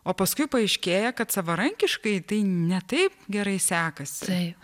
o paskui paaiškėja kad savarankiškai tai ne taip gerai sekasi